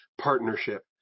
partnership